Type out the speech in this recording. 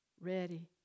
ready